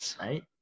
right